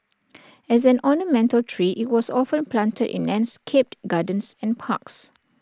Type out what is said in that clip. as an ornamental tree IT was often planted in landscaped gardens and parks